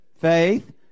faith